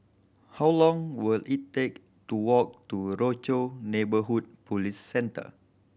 how long will it take to walk to Rochor Neighborhood Police Centre